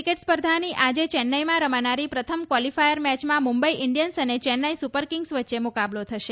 cricket સ્પર્ધાની આજે ચેન્નાઇમાં રમાનારી પ્રથમ કવાલીફાયર મેચમાં મુંબઇ ઇન્ડિયન્સ અને ચેન્નાઇ સુપર કિંગ્સ વચ્ચે મુકાબલો થશે